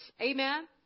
Amen